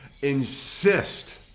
insist